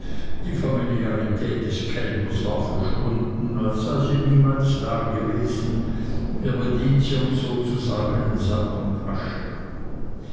die familiarität des kellners war verschwunden als sei sie niemals dagewesen er bediente uns sozusagen in sack und asche